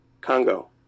Congo